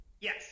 Yes